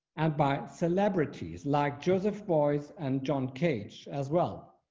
and by celebrities like joseph boys and john cage as well.